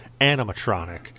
animatronic